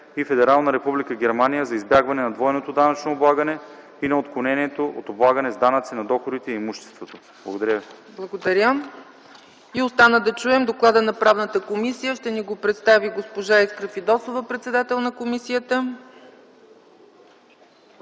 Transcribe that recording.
и Федерална република Германия за избягване на двойното данъчно облагане и на отклонението от облагане с данъци на доходите и имуществото.” ПРЕДСЕДАТЕЛ ЦЕЦКА ЦАЧЕВА: Благодаря. Остава да чуем доклада на Правната комисия. Ще ни го представи Иска Фидосова – председател на комисията.